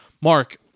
Mark